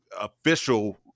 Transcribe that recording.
official